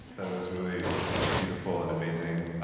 that was really beautiful and amazing.